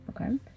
okay